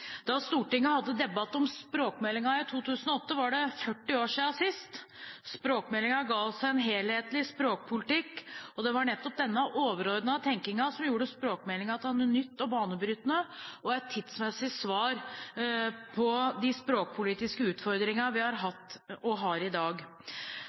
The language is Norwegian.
Da Stortinget hadde debatt om språkmeldingen i 2009, var det 40 år siden sist. Språkmeldingen ga oss en helhetlig språkpolitikk. Det var nettopp denne overordnede tenkningen som gjorde språkmeldingen til noe nytt og banebrytende, og til et tidsmessig svar på de språkpolitiske utfordringene vi har